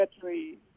battery